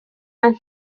are